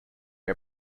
are